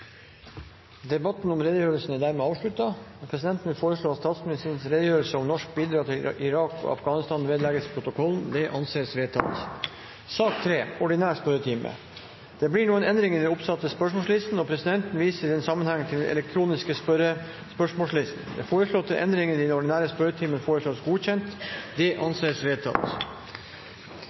Debatten om redegjørelsen er dermed avsluttet. Presidenten vil foreslå at statsministerens redegjørelse om norske bidrag til Irak og Afghanistan vedlegges protokollen. – Det anses vedtatt. Det blir noen endringer i den oppsatte spørsmålslisten. Presidenten viser i den sammenheng til den elektroniske spørsmålslisten. De foreslåtte endringer foreslås godkjent. – Det anses vedtatt.